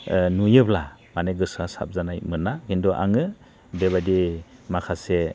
नुयोब्ला माने गोसोआ साबजानाय मोना खिन्थु आङो बेबादि माखासे